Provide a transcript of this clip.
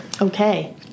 Okay